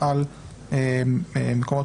בתקנות סמכויות